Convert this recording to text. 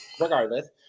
regardless